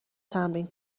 تمرین